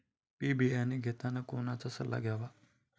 बी बियाणे घेताना कोणाचा सल्ला घ्यावा?